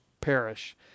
perish